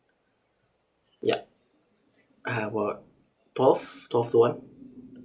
ya how about twelve twelve to one